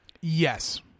Yes